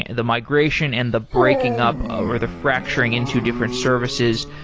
and the migration and the breaking up, ah or the fracturing into different services.